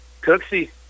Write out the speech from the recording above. Cooksy